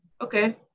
Okay